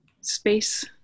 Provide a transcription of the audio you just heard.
space